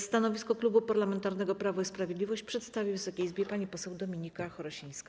Stanowisko Klubu Parlamentarnego Prawo i Sprawiedliwość przedstawi Wysokiej Izbie pani poseł Dominika Chorosińska.